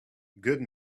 good